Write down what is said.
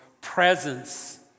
presence